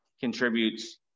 contributes